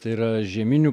tai yra žieminių